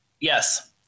Yes